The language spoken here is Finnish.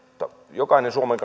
jokaisella suomen